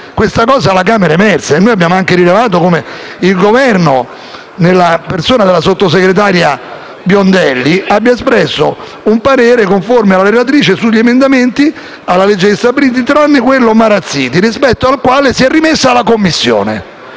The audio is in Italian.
questione alla Camera è emersa. Noi abbiamo anche rilevato come il Governo, nella persona della sottosegretaria Biondelli, abbia espresso un parere conforme alla relatrice sugli emendamenti al disegno di legge di bilancio, tranne che su quello a firma Marazziti e Gelli, rispetto al quale si è rimessa alla Commissione.